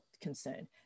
concern